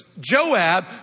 Joab